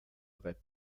rap